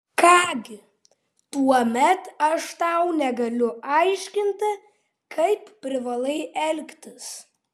ką gi tuomet aš tau negaliu aiškinti kaip privalai elgtis